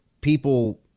people